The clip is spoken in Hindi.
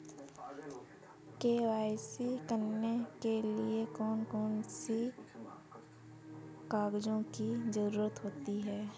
के.वाई.सी करने के लिए कौन कौन से कागजों की जरूरत होती है?